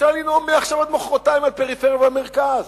אפשר לנאום מעכשיו עד מחרתיים על פריפריה ועל מרכז,